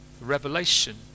revelation